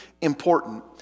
important